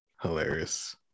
Hilarious